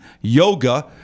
yoga